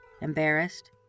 Embarrassed